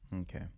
Okay